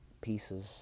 pieces